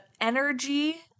energy